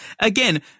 again